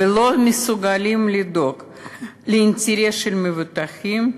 ולא מסוגלים לדאוג לאינטרס של המבוטחים,